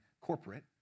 corporate